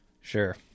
Sure